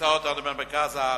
ימצא אותנו במרכז הארץ.